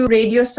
Radio